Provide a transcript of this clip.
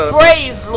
praise